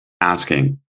asking